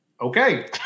okay